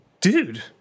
dude